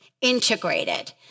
integrated